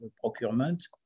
procurement